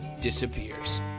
disappears